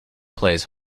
plays